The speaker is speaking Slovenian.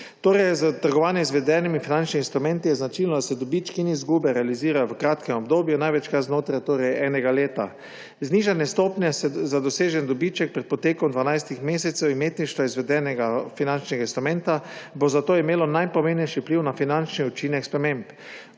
Torej je za trgovanje z izvedenimi finančnimi instrumenti značilno, da se dobički in izgube realizirajo v kratkem obdobju, največkrat znotraj enega leta. Znižanje stopnje za dosežen dobiček pred potekom 12 mesecev imetništva izvedenega finančnega instrumenta bo zato imelo najpomembnejši vpliv na finančni učinek sprememb.